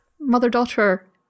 mother-daughter